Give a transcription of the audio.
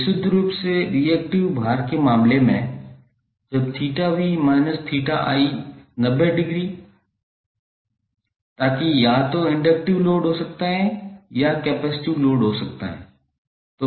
विशुद्ध रूप से रिएक्टिव भार के मामले में जब 𝜃𝑣−𝜃𝑖90 डिग्री ताकि या तो इंडक्टिव लोड हो सकता है या कैपेसिटिव लोड हो सकता है तो पावर फैक्टर 0 होगा